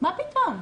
מה פתאום.